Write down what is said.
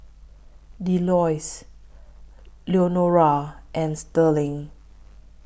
Delois Leonora and Sterling